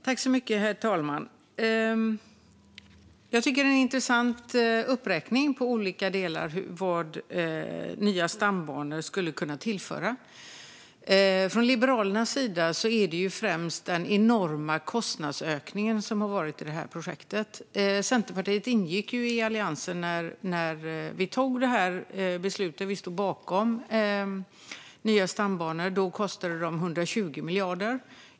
Herr talman! Det var en intressant uppräkning av vad nya stambanor skulle kunna tillföra. För Liberalerna handlar det främst om den enorma kostnadsökningen i projektet. Centerpartiet ingick i Alliansen när vi tog beslutet att stå bakom att bygga nya stambanor. Då kostade de 120 miljarder.